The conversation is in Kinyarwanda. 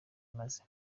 imaze